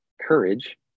courage